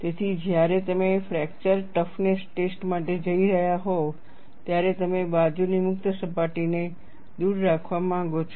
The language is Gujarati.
તેથી જ્યારે તમે ફ્રૅક્ચર ટફનેસ ટેસ્ટ માટે જઈ રહ્યા હોવ ત્યારે તમે બાજુની મુક્ત સપાટીને દૂર રાખવા માંગો છો